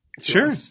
Sure